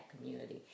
community